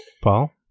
paul